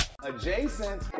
Adjacent